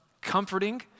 comforting